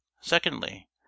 secondly